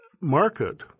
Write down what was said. market